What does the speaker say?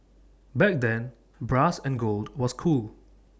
back then brass and gold was cool